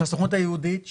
של הסוכנות היהודית,